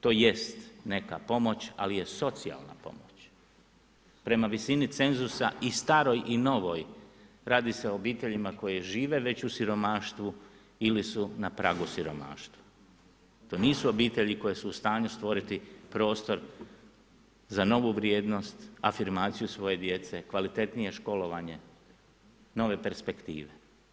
To jest neka pomoć, ali socijalna pomoć, prema visini cenzusa i staroj i novoj, radi se o obiteljima koji žive već u siromaštvu ili su na pragu siromaštva, to nisu obitelji koje su u stanju stvoriti prostor za novu vrijednost, afirmaciju svoje djece, kvalitetnije školovanje, nove perspektive.